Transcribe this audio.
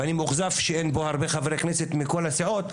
ואני מאוכזב שאין פה הרבה חברי כנסת מכל הסיעות,